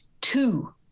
Two